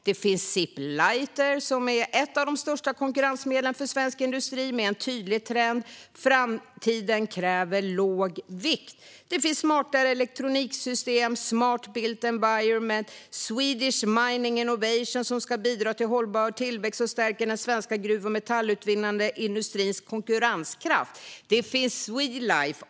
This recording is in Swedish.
Det är SIP Lighter, som är ett av de största konkurrensmedlen för svensk industri med en tydlig trend - att framtiden kräver låg vikt. Det är Smartare elektroniksystem. Det är Smart Built Environment. Det är Swedish Mining Innovation, som ska bidra till hållbar tillväxt och stärka den svenska gruv och metallutvinnande industrins konkurrenskraft. Det är Swelife.